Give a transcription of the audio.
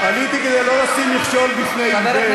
עליתי כדי לא לשים מכשול בפני עיוור.